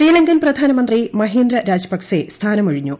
ശ്രീലങ്കൻ പ്രധാനമന്ത്രി മഹീന്ദ രാജപക്സെ സ്ഥാനമൊഴിഞ്ഞു